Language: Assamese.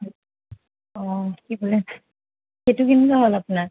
অঁ কি ক'লে খেতি কেনেকুৱা হ'ল আপোনাৰ